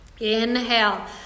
Inhale